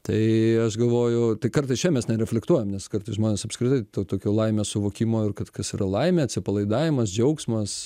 tai aš galvoju tai kartais čia mes nereflektuojam nes kartais žmonės apskritai to tokio laimės suvokimo ir kad kas yra laimė atsipalaidavimas džiaugsmas